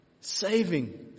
saving